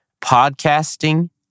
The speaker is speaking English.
podcasting